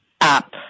app